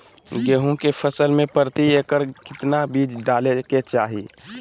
गेहूं के फसल में प्रति एकड़ कितना बीज डाले के चाहि?